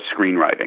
screenwriting